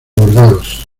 burdeos